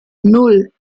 nan